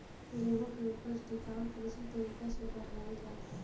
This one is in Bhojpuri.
गेंहू के ऊपज टिकाऊ कृषि तरीका से बढ़ावल जाता